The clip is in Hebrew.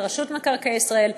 לרשות מקרקעי ישראל,